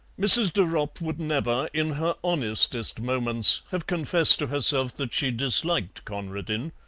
mrs. de ropp would never, in her honestest moments, have confessed to herself that she disliked conradin,